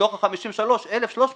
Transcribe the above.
מתוך ה-53 ל-1,300